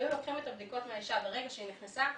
היו לוקחים את הבדיקות מהאישה ברגע שהיא נכנסה.